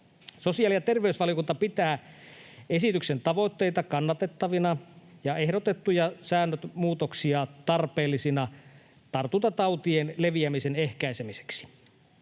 Sosiaali- ja terveysvaliokunta pitää esityksen tavoitteita kannatettavina ja ehdotettuja säännösmuutoksia tarpeellisina tartuntatautien leviämisen ehkäisemiseksi.